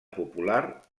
popular